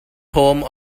home